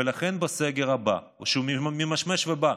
ולכן, בסגר הבא שממשמש ובא,